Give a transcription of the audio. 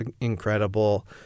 incredible